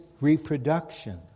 reproduction